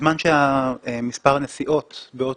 --- בזמן שמספר הנסיעות באוטובוס,